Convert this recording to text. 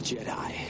Jedi